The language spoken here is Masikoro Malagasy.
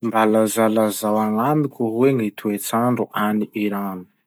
Mba lazalazao agnamiko hoe gny toetsandro agny Iran?